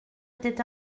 était